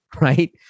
right